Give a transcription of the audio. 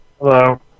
Hello